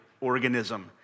organism